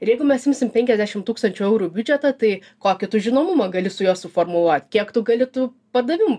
ir jeigu mes imsim penkiasdešim tūkstančių eurų biudžetą tai kokį tu žinomumą gali su juo suformuluot kiek tu gali tų pardavimų